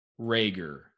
Rager